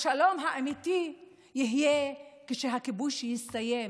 השלום האמיתי יהיה כשהכיבוש יסתיים.